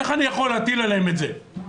איך אני יכול להטיל עליהם את זה?